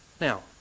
Now